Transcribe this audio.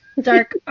Dark